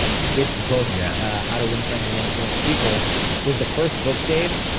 this book, yeah how to win friends and influence people was the first book, dave,